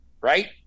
right